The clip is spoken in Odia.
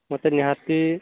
ମୋତେ ନିହାତି